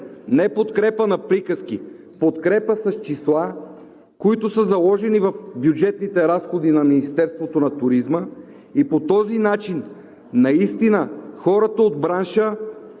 не подкрепа на приказки. Подкрепата е с числа, които са заложени в бюджетните разходи на Министерството на туризма, и по този начин наистина хората от бранша